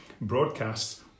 broadcasts